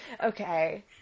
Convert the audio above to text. Okay